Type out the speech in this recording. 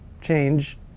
change